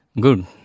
Good